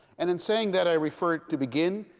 and in saying that, i refer, to begin,